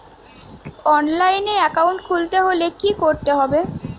অনলাইনে একাউন্ট খুলতে হলে কি করতে হবে?